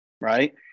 right